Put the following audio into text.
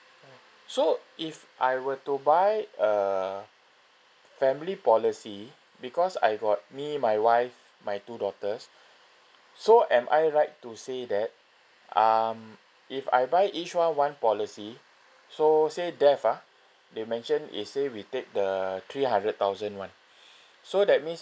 so if I were to buy a family policy because I got me my wife my two daughters so am I right to say that um if I buy each one one policy so say death ah they mention if say we take the three hundred thousand one so that means